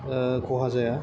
खहा जाया